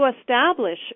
establish